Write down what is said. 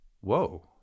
whoa